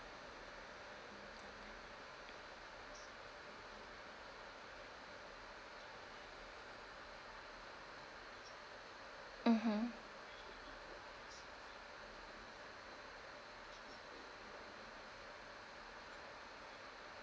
mmhmm